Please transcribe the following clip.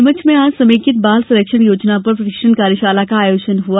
नीमच में आज समेकित बाल संरक्षण योजना पर प्रशिक्षण कार्यशाला का आयोजन हुआ